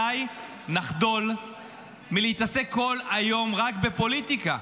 מתי נחדל מלהתעסק כל היום רק בפוליטיקה?